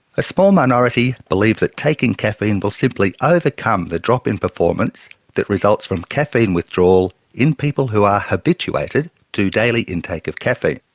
a small minority believe that taking caffeine will simply overcome the drop in performance that results from caffeine withdrawal in people who are habituated to daily intake of caffeine.